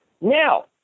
Now